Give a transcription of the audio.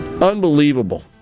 Unbelievable